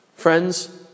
Friends